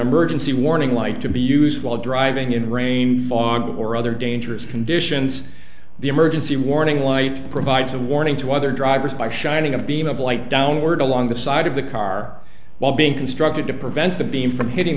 emergency warning light to be used while driving in a brain fog or other day dangerous conditions the emergency warning light provides a warning to other drivers by shining a beam of light downward along the side of the car while being constructed to prevent the beam from hitting